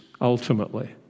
ultimately